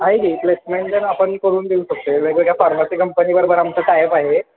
नाही placement sir आपण करून देऊ शकतो वेगवेगळ्या फार्मसी कंपनीवर आमचं टायप आहे